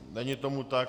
Není tomu tak.